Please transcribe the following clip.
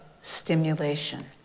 stimulation